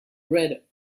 read